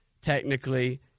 technically –